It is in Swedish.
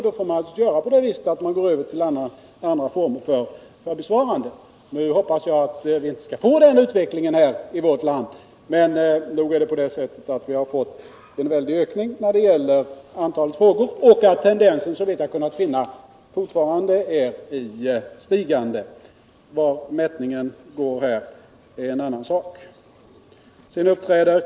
Då får vi naturligtvis gå över till andra former för besvarandet. Jag hoppas att vi inte skall få den utvecklingen i vårt land. Men nog har vi fått en väldig ökning av antalet frågor. Tendensen är såvitt jag har kunnat finna att antalet fortsätter att stiga. Var mättnadspunkten ligger är en annan sak.